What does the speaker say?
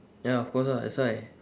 ya of course ah that's why